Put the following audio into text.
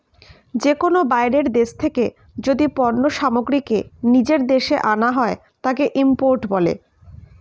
যে কোনো বাইরের দেশ থেকে যদি পণ্য সামগ্রীকে নিজের দেশে আনা হয়, তাকে ইম্পোর্ট বলে